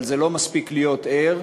אבל לא מספיק להיות ער,